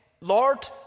Lord